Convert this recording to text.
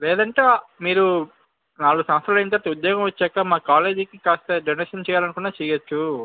లేదంటే మీరు నాలుగు సంవత్సరాలు అయిన తర్వాత ఉద్యోగం వచ్చాక మా కాలేజీకి కాస్త డొనేషన్ చెయ్యాలనుకున్నా చెయ్యచ్చు